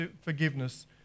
forgiveness